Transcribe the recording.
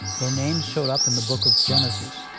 their names showed up in the book of genesis.